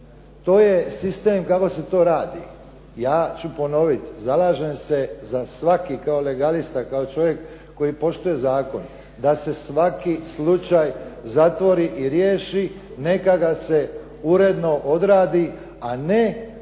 To je sistem kako se to radi. Ja ću ponoviti, zalažem se za svaki, kao legalista, kao čovjek koji poštuje zakon, da se svaki slučaj zatvori i riješi, neka ga se uredno odradi, a ne da